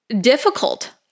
Difficult